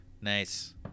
nice